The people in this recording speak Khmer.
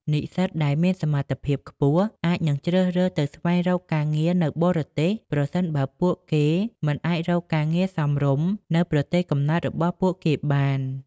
និស្សិតដែលមានសមត្ថភាពខ្ពស់អាចនឹងជ្រើសរើសទៅស្វែងរកការងារនៅបរទេស ប្រសិនបើពួកគេមិនអាចរកការងារសមរម្យនៅប្រទេសកំណើតរបស់ពួកគេបាន។